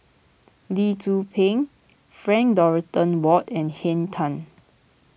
Lee Tzu Pheng Frank Dorrington Ward and Henn Tan